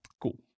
Cool